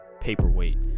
paperweight